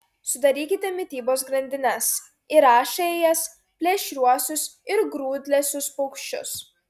sudarykite mitybos grandines įrašę į jas plėšriuosius ir grūdlesius paukščius